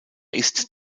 ist